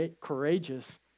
courageous